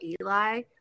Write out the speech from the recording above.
Eli